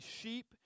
sheep